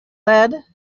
lead